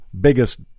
biggest